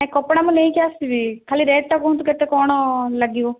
ନାହିଁ କପଡ଼ା ମୁଁ ନେଇକି ଆସିବି ଖାଲି ରେଟ୍ଟା କୁହନ୍ତୁ କେତେ କ'ଣ ଲାଗିବ